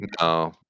No